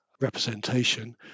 representation